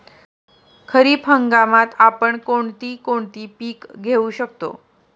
खरीप हंगामात आपण कोणती कोणती पीक घेऊ शकतो?